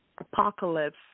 apocalypse